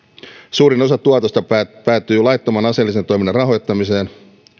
suurin osa tuotosta päätyy laittoman aseellisen toiminnan rahoittamiseen